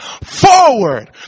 forward